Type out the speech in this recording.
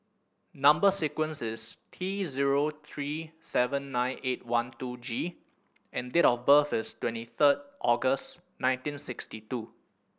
number sequence is T zero three seven nine eight one two G and date of birth is twenty third August nineteen sixty two